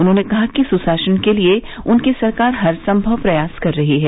उन्होंने कहा कि सुशासन के लिए उनकी सरकार हर सम्भव प्रयास कर रही है